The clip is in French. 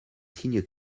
signes